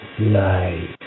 night